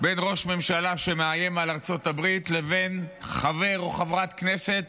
בין ראש ממשלה שמאיים על ארצות הברית לבין חבר או חברת כנסת